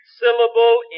syllable